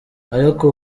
ariko